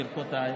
ברכותיי.